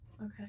Okay